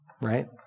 right